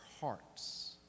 hearts